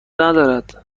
ندارد